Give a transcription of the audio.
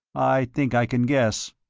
i think i can guess.